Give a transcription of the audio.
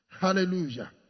Hallelujah